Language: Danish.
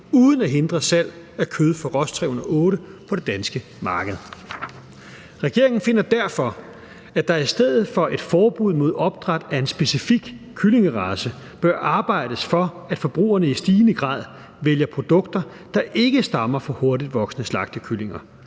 uden at hindre salg af kød fra Ross 308 på det danske marked. Regeringen finder derfor, at der i stedet for et forbud mod opdræt af en specifik kyllingerace bør arbejdes for, at forbrugerne i stigende grad vælger produkter, der ikke stammer fra hurtigtvoksende slagtekyllinger.